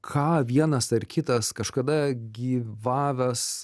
ką vienas ar kitas kažkada gyvavęs